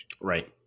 Right